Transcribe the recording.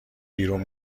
بیرون